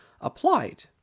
applied